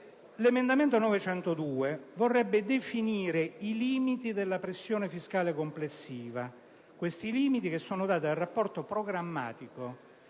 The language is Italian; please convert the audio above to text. L'emendamento 9.102 intende definire i limiti della pressione fiscale complessiva che sono dati dal rapporto programmatico